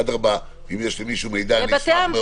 אדרבה, אם יש למישהו מידע אני אשמח.